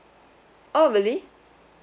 oh really